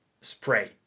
spray